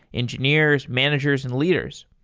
engineers, managers and leaders.